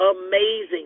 amazing